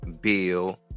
Bill